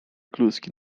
kluski